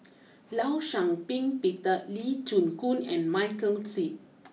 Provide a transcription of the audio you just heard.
Law Shau Ping Peter Lee Chin Koon and Michael Seet